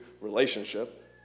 relationship